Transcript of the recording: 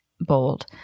Bold